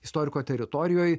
istoriko teritorijoj